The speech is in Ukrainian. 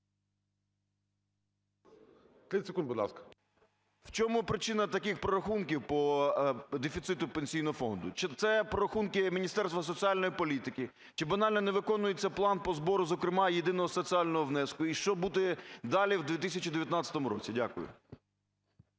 В чому причина таких прорахунків по дефіциту Пенсійного фонду? Чи це прорахунки Міністерства соціальної політики? Чи банально не виконується план по збору, зокрема єдиного соціального внеску, і що буде далі в 2019 році? Дякую.